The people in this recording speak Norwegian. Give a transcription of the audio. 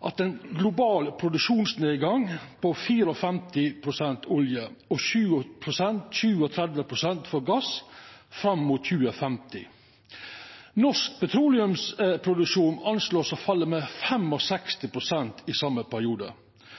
ein global produksjonsnedgang på 54 pst. olje og 37 pst. gass fram mot 2050. Norsk petroleumsproduksjon blir anslått å falla med 65 pst. i same periode.